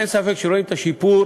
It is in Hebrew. אין ספק שרואים את השיפור.